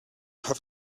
have